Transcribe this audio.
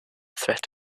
threat